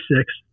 six